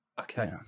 Okay